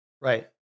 Right